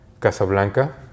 Casablanca